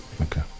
Okay